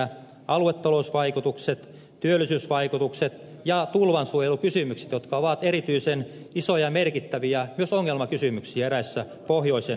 lisäksi on aluetalousvaikutukset työllisyysvaikutukset ja tulvansuojelukysymykset jotka ovat myös erityisen isoja ja merkittäviä ongelmakysymyksiä eräissä pohjoisen maakunnissa